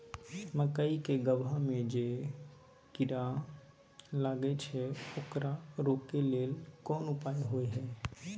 मकई के गबहा में जे कीरा लागय छै ओकरा रोके लेल कोन उपाय होय है?